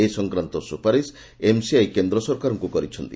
ଏ ସଂକ୍ରାନ୍ଡ ସ୍ବୁପାରିଶ ଏମ୍ସିଆଇ କେନ୍ଦ ସରକାରଙ୍କୁ କରିଛନ୍ତି